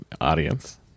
audience